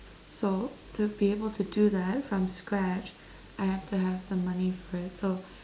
so to be able to do that from scratch I have to have the money so